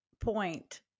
point